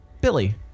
Billy